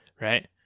right